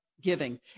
giving